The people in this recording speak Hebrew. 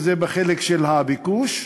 שזה החלק של הביקוש,